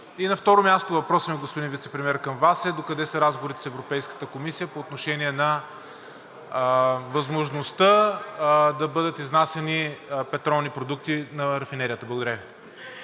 на активи. И въпросът ми, господин Вицепремиер, към Вас е: докъде са разговорите с Европейската комисия по отношение на възможността да бъдат изнасяни петролни продукти на рафинерията? Благодаря Ви.